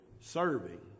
serving